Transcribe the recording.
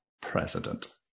president